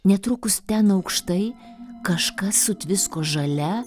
netrukus ten aukštai kažkas sutvisko žalia